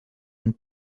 und